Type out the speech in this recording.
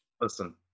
listen